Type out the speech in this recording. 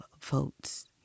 votes